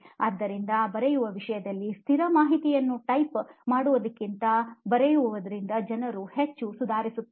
ಆದ್ದರಿಂದ ಬರೆಯುವ ವಿಷಯದಲ್ಲಿ ಸ್ಥಿರ ಮಾಹಿತಿಯನ್ನು ಟೈಪ್ ಮಾಡುವುದಕ್ಕಿಂತ ಬರೆಯುವುದರಿಂದ ಜನರು ಹೆಚ್ಚು ಸುಧಾರಿಸುತ್ತಾರೆ